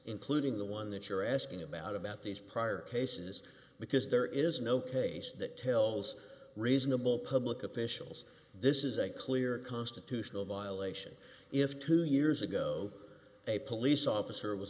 including the one that you're asking about about these prior cases because there is no case that tells reasonable public officials this is a clear constitutional violation if two years ago a police officer was